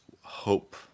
hope